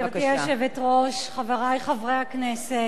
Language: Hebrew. גברתי היושבת-ראש, חברי חברי הכנסת,